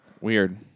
Weird